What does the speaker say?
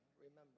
remember